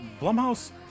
Blumhouse